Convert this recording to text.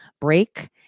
break